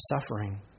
suffering